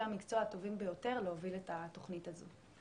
המקצוע הטובים ביותר להוביל את התוכנית הזו.